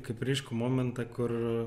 kaip ryškų momentą kur